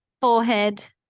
forehead